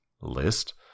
list